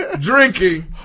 drinking